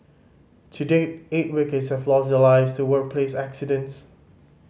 to date eight workers have lost their lives to workplace accidents